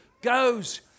goes